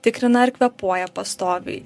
tikrina ar kvėpuoja pastoviai